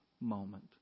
moment